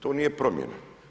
To nije promjena.